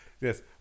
yes